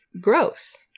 gross